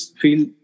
feel